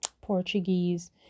portuguese